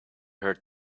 heard